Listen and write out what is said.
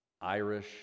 Irish